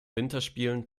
winterspielen